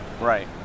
Right